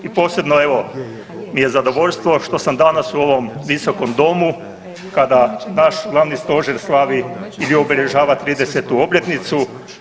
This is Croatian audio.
I posebno, evo, mi je zadovoljstvo što sam danas u ovom Visokom domu kada naš Glavni stožer slavi i obilježava 30. obljetnicu.